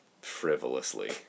frivolously